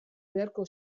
beharko